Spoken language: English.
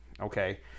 okay